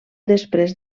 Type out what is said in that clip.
després